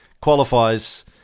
qualifies